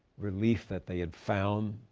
relief that they had found